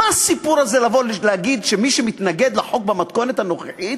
מה הסיפור הזה לבוא ולהגיד שמי שמתנגד לחוק במתכונת הנוכחית